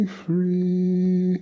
free